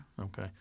Okay